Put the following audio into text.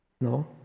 No